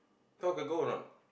now can go or not